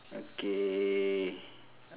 okay